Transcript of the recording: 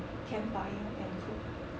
camp fire and cook